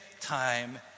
time